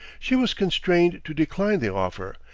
she was constrained to decline the offer,